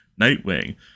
Nightwing